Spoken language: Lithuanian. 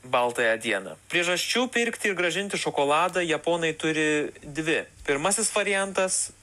baltąją dieną priežasčių pirkti ir grąžinti šokoladą japonai turi dvi pirmasis variantas